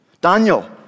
Daniel